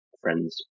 friends